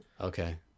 Okay